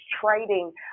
trading